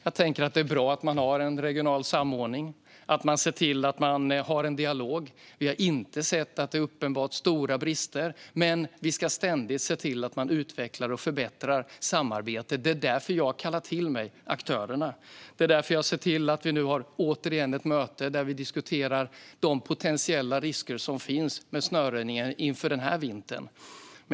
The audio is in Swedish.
Jag tänker att det är bra att man har en regional samordning och att man ser till att ha en dialog. Vi har inte sett att det är uppenbart stora brister, men vi ska ständigt se till att man utvecklar och förbättrar samarbetet. Det är därför jag har kallat till mig aktörerna, och det är därför jag har sett till att vi återigen har ett möte där vi diskuterar de potentiella risker som finns med snöröjningen inför den här vintern.